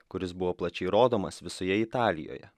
kuris buvo plačiai rodomas visoje italijoje